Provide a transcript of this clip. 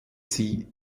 sie